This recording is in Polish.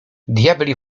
diabli